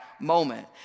moment